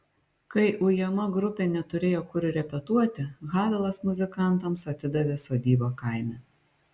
kai ujama grupė neturėjo kur repetuoti havelas muzikantams atidavė sodybą kaime